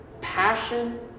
Passion